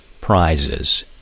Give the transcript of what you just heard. prizes